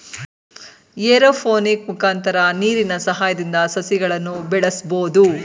aeroponic ಮುಖಾಂತರ ನೀರಿನ ಸಹಾಯದಿಂದ ಸಸಿಗಳನ್ನು ಬೆಳಸ್ಬೋದು